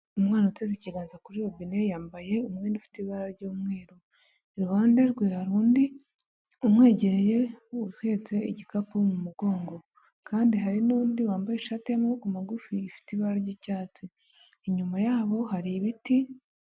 Umwana uteze ikiganza kuri robine yambaye umwenda ufite ibara ry'umweru, iruhande rwe hari undi umwegereye uhetse igikapu mu mugongo, kandi hari n'undi wambaye ishati y'amaboko magufi ifite ibara ry'icyatsi inyuma yabo hari ibiti.